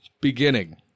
beginning